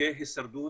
חוקי הישרדות